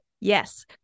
Yes